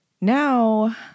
now